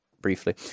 briefly